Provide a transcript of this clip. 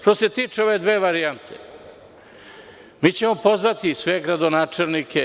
Što se tiče ove dve varijante, mi ćemo pozvati sve gradonačelnike.